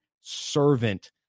servant